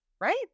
right